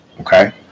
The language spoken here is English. Okay